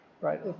right